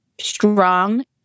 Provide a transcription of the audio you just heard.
strong